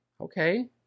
Okay